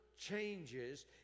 changes